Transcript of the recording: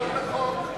לא, לא,